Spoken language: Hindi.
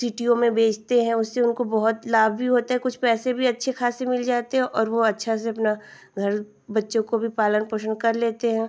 सिटियों में बेचते हैं उससे उनको बहुत लाभ भी होता है कुछ पैसे भी अच्छे खासे मिल जाते हैं और वह अच्छे से अपना घर बच्चों का भी पालन पोषण कर लेते हैं